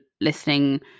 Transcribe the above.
listening